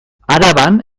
araban